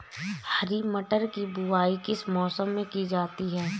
हरी मटर की बुवाई किस मौसम में की जाती है?